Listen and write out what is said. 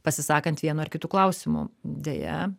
pasisakant vienu ar kitu klausimu deja